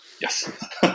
yes